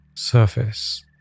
surface